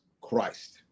Christ